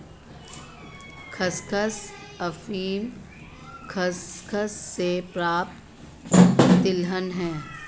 खसखस अफीम खसखस से प्राप्त तिलहन है